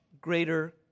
greater